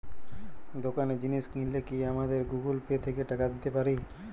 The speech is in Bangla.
দোকানে জিনিস কিনলে কি আমার গুগল পে থেকে টাকা দিতে পারি?